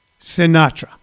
Sinatra